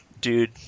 Dude